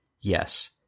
yes